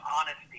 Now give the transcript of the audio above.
honesty